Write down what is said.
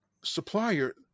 supplier